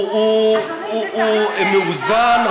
הוא מאוזן,